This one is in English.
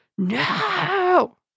No